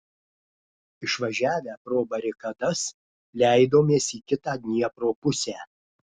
išvažiavę pro barikadas leidomės į kitą dniepro pusę